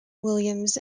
williams